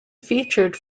featured